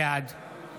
בעד